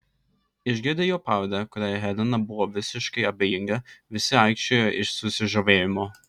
išgirdę jo pavardę kuriai helena buvo visiškai abejinga visi aikčiojo iš susižavėjimo